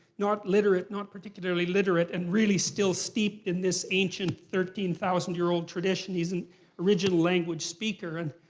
not literate, not particularly literate, and really still steeped in this ancient, thirteen thousand year old tradition. he's an original language speaker and